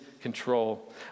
control